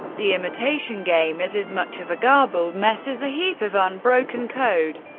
the imitation game is as much of a garbled mess as a heap of unbroken code.